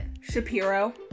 Shapiro